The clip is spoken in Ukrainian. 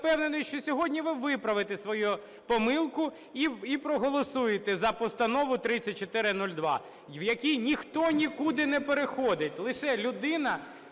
Я впевнений, що сьогодні ви виправите свою помилку і проголосуєте за постанову 3402, в якій ніхто нікуди не переходить, лише людина